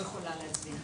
לימור לא יכולה להצביע.